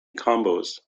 combos